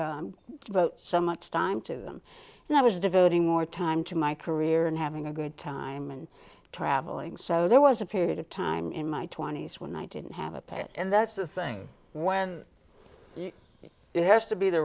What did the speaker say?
devote so much time to them and i was devoting more time to my career and having a good time and traveling so there was a period of time in my twenty's when i didn't have a pet and that's the thing when you it has to be the